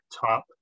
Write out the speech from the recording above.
top